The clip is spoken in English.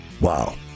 Wow